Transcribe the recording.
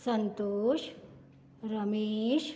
Santosh Ramesh